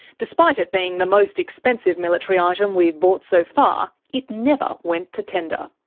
despite it being the most expensive military item we've bought so far, it never went to tender.